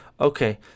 Okay